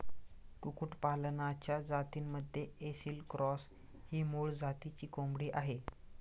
कुक्कुटपालनाच्या जातींमध्ये ऐसिल क्रॉस ही मूळ जातीची कोंबडी आहे